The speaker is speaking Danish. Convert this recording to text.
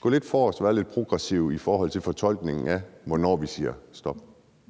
gå lidt forrest og være lidt progressive i forhold til fortolkningen af, hvornår vi siger stop?